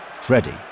Freddie